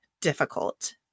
difficult